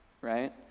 right